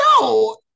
No